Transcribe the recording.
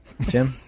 Jim